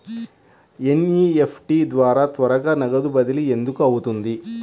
NEFT ద్వారా త్వరగా నగదు బదిలీ ఎందుకు అవుతుంది?